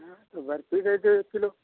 हाँ तो बर्फी दे दो एक किलो